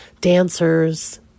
dancers